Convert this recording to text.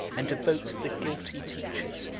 and devotes the guilty teachers,